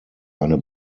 eine